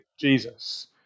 Jesus